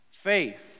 Faith